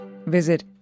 visit